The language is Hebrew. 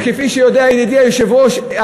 וכפי שיודע ידידי היושב-ראש,